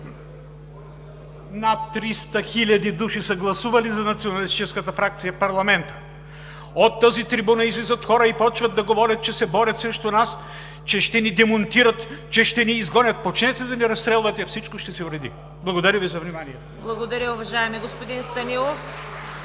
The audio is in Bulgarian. Над 300 хиляди души са гласували за националистическата фракция в парламента. На тази трибуна излизат хора и започват да говорят, че се борят срещу нас, че ще ни демонтират, че ще ни изгонят. Започнете да ни разстрелвате, всичко ще се уреди. Благодаря Ви за вниманието. (Ръкопляскания